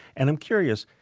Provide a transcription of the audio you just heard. and i'm curious,